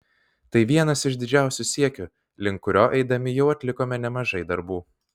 tai vienas iš didžiausių siekių link kurio eidami jau atlikome nemažai darbų